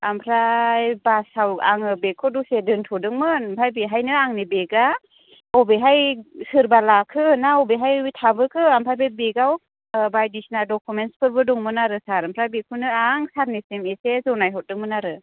ओमफ्राय बासआव आङो बेगखौ दसे दोनथ'दोंमोन ओमफ्राय बेहायनो आंनि बेगआ अबेहाय सोरबा लाखो ना अबेहाय थाबोखो ओमफाय बे बेगआव बायदिसिना डकुमेन्टसफोर दंमोन आरो सार ओमफ्राय बेखौनो आं सारनिसिम एसे जनायहरदोंमोन आरो